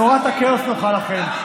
תורת הכאוס נוחה לכם.